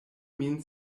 min